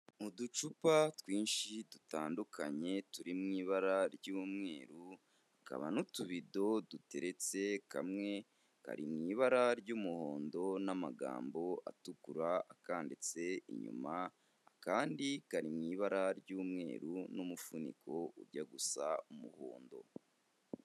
Ni uducupa twinshi dutandukanye turi mu ibara ry'umweru, hakaba n'utubido duteretse kamwe kari mu ibara ry'umuhondo n'amagambo atukura akanditse inyuma, akandi kari mu ibara ry'umweru n'umufuniko ujya gusa umuhondo.